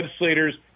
legislators